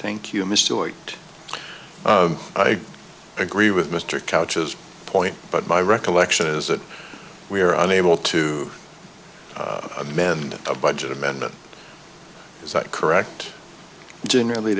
thank you mr lloyd i agree with mr couch as point but my recollection is that we are unable to amend a budget amendment is that correct generally